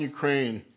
Ukraine